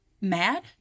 mad